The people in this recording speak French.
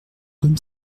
comme